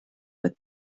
with